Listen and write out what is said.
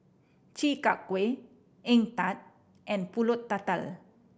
Chi Kak Kuih egg tart and Pulut Tatal